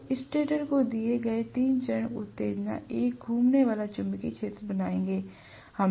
अब स्टेटर को दिए गए तीन चरण उत्तेजना एक घूमने वाला चुंबकीय क्षेत्र बनाएंगे